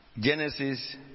Genesis